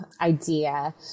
idea